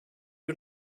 you